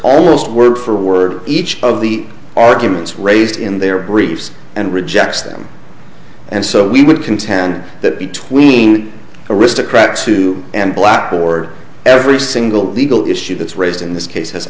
almost word for word each of the arguments raised in their briefs and rejects them and so we would contend that between aristocrat sue and blackboard every single legal issue that's raised in this case has